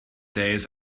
days